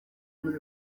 muri